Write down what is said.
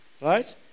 Right